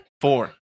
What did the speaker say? Four